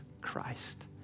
Christ